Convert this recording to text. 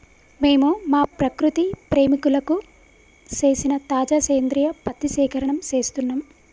మేము మా ప్రకృతి ప్రేమికులకు సేసిన తాజా సేంద్రియ పత్తి సేకరణం సేస్తున్నం